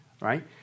right